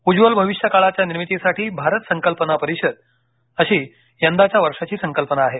उज्ज्वल भविष्य काळाच्या निर्मितीसाठी भारत संकल्पना परिषद अशी यंदाच्या वर्षांची संकल्पना आहे